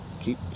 keep